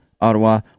Ottawa